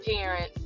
parents